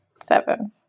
seven